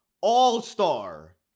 all-star